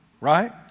Right